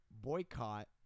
boycott